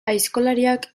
aizkolariak